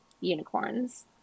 unicorns